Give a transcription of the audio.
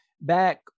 back